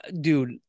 dude